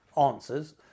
answers